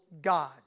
God